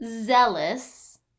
zealous